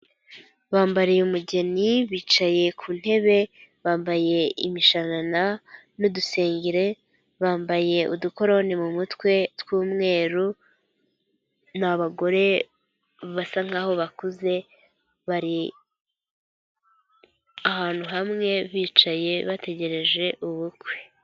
Bambariye umugeni bicaye ku ntebe, bambaye imishanana n'udusengere, bambaye udukorone mu mutwe tw'umweru, ni abagore basa nkaho bakuze, bari ahantu hamwe bicaye bategereje ubukwe.